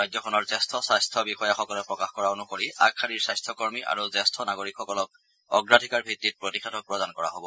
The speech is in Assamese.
ৰাজ্যখনৰ জ্যেষ্ঠ স্বাস্থ্য বিষয়াসকলে প্ৰকাশ কৰা অনুসৰি আগশাৰীৰ স্বাস্থকৰ্মী আৰু জ্যেষ্ঠ নাগৰিকসকলক অগ্ৰাধিকাৰ ভিত্তিত প্ৰতিষেধক প্ৰদান কৰা হ'ব